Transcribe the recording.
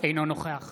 אינו משתתף